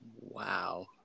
wow